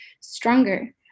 stronger